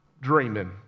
dreaming